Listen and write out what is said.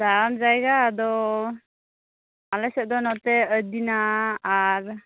ᱫᱟᱬᱟᱱ ᱡᱟᱭᱜᱟ ᱫᱚ ᱟᱞᱮ ᱥᱮᱡ ᱫᱚ ᱱᱚᱛᱮ ᱟᱫᱤᱱᱟ ᱟᱨ